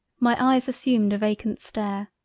my eyes assumed a vacant stare,